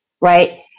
Right